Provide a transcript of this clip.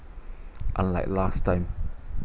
unlike last time